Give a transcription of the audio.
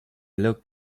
looked